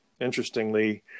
Interestingly